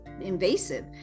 invasive